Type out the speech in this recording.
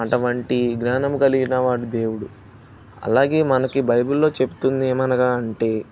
అటువంటి జ్ఞానం కలిగిన వాడు దేవుడు అలాగే మనకు బైబిల్లో చెప్తుంది ఏమనగా అంటే